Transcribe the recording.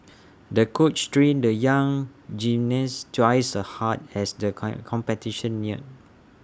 the coach trained the young gymnast twice A hard as the come competition neared